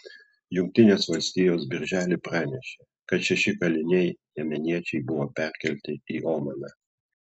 jungtinės valstijos birželį pranešė kad šeši kaliniai jemeniečiai buvo perkelti į omaną